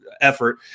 effort